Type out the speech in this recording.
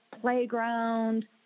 playground